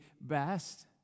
best